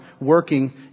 working